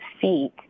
feet